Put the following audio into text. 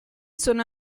sono